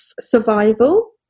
survival